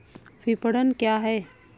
विपणन क्या है?